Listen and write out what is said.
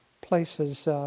places